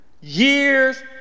years